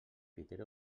criteri